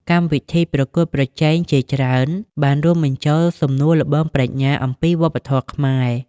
កម្មវិធីប្រកួតប្រជែងប្រាជ្ញាជាច្រើនបានរួមបញ្ចូល សំណួរល្បងប្រាជ្ញាអំពី វប្បធម៌ខ្មែរ។